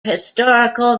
historical